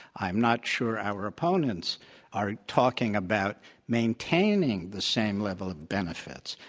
i'm not sure our opponents are talking about maintaining the same level of benefits.